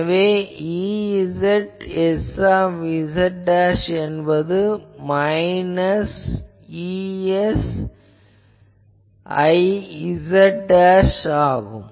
எனவே Ez sz என்பது minus Ez iz ஆகும்